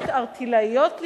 שאלות, ערטילאיות לכאורה,